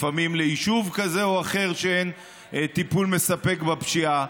לפעמים ליישוב כזה או אחר שאין בו טיפול מספק בפשיעה.